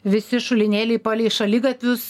visi šulinėliai palei šaligatvius